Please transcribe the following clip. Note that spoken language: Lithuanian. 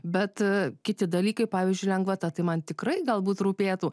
bet kiti dalykai pavyzdžiui lengvata tai man tikrai galbūt rūpėtų